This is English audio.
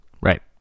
Right